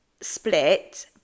split